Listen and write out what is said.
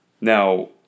Now